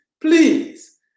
please